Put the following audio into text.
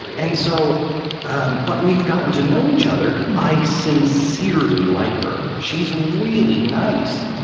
and so um but we've gotten to know each other. i sincerely like her. she's really nice.